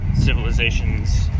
civilizations